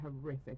horrific